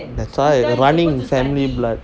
that's why run in the family blood